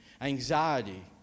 anxiety